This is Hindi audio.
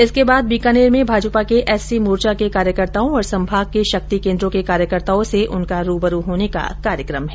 इसके बाद बीकानेर में भाजपा के एस सी मोर्चा के कार्यकर्ताओं और संभाग के शक्ति केन्द्रों के कार्यकर्ताओं से उनका रूबरू होने का कार्यक म है